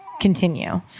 continue